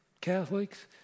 Catholics